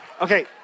Okay